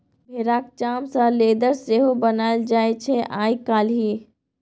भेराक चाम सँ लेदर सेहो बनाएल जाइ छै आइ काल्हि